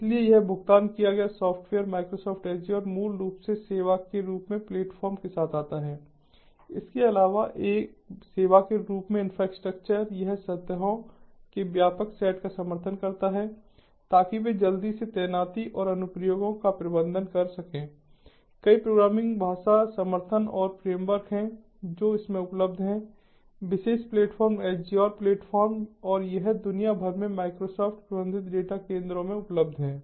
इसलिए यह भुगतान किया गया सॉफ़्टवेयर माइक्रोसॉफ्ट एजयोर मूल रूप से सेवा के रूप में प्लेटफ़ॉर्म के साथ आता है इसकेअलावा एक सेवा के रूप में इंफ्रास्ट्रक्चर यह सतहों के व्यापक सेट का समर्थन करता है ताकि वे जल्दी से तैनाती और अनुप्रयोगों का प्रबंधन कर सकें कई प्रोग्रामिंग भाषा समर्थन और फ्रेमवर्क हैं जो इसमें उपलब्ध हैं विशेष प्लेटफ़ॉर्म एजयोर प्लेटफ़ॉर्म और यह दुनिया भर में माइक्रोसॉफ्ट प्रबंधित डेटा केंद्रों में उपलब्ध है